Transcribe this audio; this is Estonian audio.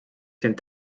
sind